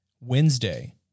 Wednesday